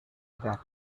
back